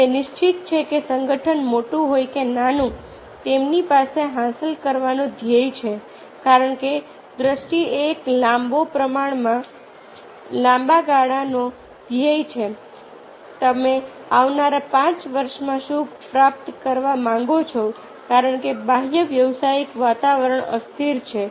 તે નિશ્ચિત છે કે સંગઠન મોટું હોય કે નાનું તેમની પાસે હાંસલ કરવાનો ધ્યેય છે કારણ કે દ્રષ્ટિ એ એક લાંબો પ્રમાણમાં લાંબા ગાળાનો ધ્યેય છે તમે આવનારા 5 વર્ષમાં શું પ્રાપ્ત કરવા માંગો છો કારણ કે બાહ્ય વ્યવસાયિક વાતાવરણ અસ્થિર છે